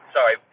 Sorry